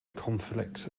conflict